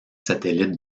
satellites